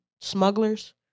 smugglers